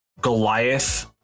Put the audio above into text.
Goliath